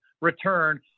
return